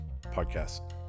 podcast